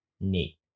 Neat